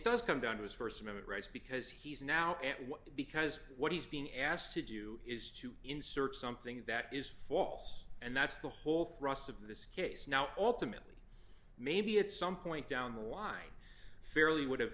does come down to his st amendment rights because he's now at what because what he's being asked to do is to insert something that is false and that's the whole thrust of this case now alternately maybe at some point down the line fairly would